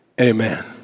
Amen